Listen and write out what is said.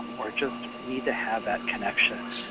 um or just need to have that connection,